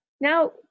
now